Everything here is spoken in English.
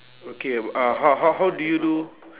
okay uh how how how do you do